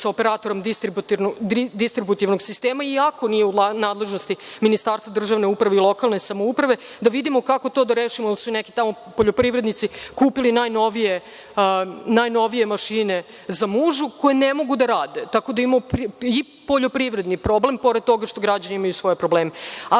operatorom distributivnog sistema iako nije u nadležnosti Ministarstva državne uprave i lokalne samouprave, da vidimo kako to da rešimo jer su nekim tamo poljoprivrednici kupili najnovije mašine za mužu koje ne mogu da rade. Tako da imamo i poljoprivredni problem, pored toga što građani imaju svoje probleme.